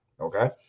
okay